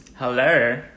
Hello